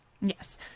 yes